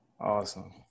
Awesome